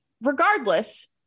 regardless